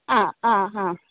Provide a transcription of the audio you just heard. ആ ആ